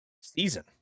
season